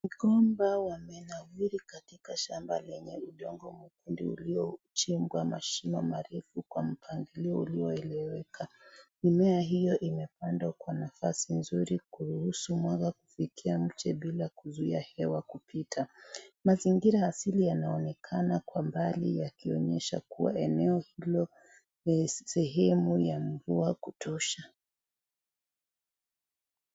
Migomba wamenawili katika shamba lenye udongo mwekundu uliochimbwa mashimo marefu kwa mpangilio ulioeleweka . Mimea hiyo imepandwa kwa nafasi nzuri kuruhusu mwanga kufikia mche bila kuzuia hewa kupita . Mazingira asili yanaonekana kwa mbali yakionyesha kuwa eneo hilo ni sehemu ya mvua kutosha.